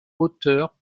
hauteur